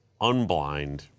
unblind